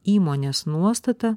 įmonės nuostata